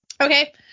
okay